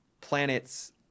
planets